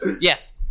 yes